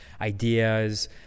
ideas